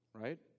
right